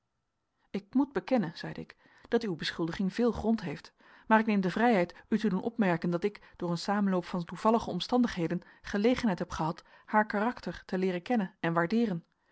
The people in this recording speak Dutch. ik moet bekennen zeide ik dat uw beschuldiging veel grond heeft maar ik neem de vrijheid u te doen opmerken dat ik door een samenloop van toevallige omstandigheden gelegenheid heb gehad haar karakter te leeren kennen en waardeeren